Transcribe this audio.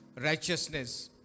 righteousness